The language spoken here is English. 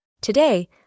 Today